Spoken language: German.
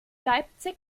leipzig